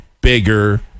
bigger